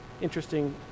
Interesting